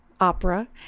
opera